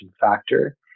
factor